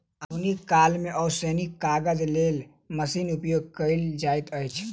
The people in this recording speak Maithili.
आधुनिक काल मे ओसौनीक काजक लेल मशीनक उपयोग कयल जाइत अछि